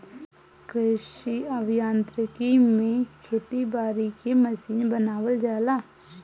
कृषि अभियांत्रिकी में खेती बारी के मशीन बनावल जाला